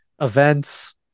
events